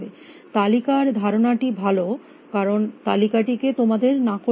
তালিকার ধারণাটি ভালো কারণ তালিকাটিকে তোমাদের নাকচ করতে হবে